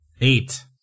Eight